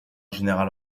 général